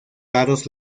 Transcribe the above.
raros